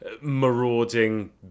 marauding